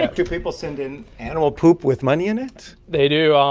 ah do people send in animal poop with money in it? they do. um